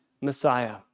Messiah